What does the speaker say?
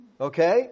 Okay